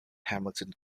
hamilton